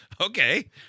Okay